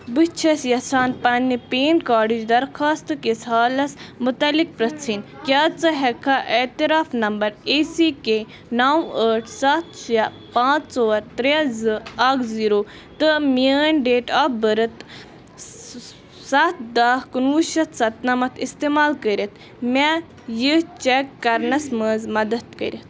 بہٕ چھَس یَژھان پنٕنہِ پین کارڈٕچ درخاستہٕ کِس حالس مُتعلق پرٕٛژھٕنۍ کیٛاہ ژٕ ہیٚکٕکھا اعتراف نمبر اِی سی کے نو ٲٹھ سَتھ شیٚے پانٛژھ ژور ترٛےٚ زٕ اَکھ زیٖرو تہٕ میٛٲنۍ ڈیٹ آف بٔرِتھ سَتھ دَہ کُنوُہ شَتھ سَتنمتھ اِستعمال کٔرِتھ مےٚ یہِ چیک کَرنَس منٛز مدد کٔرِتھ